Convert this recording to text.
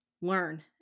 Learn